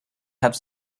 have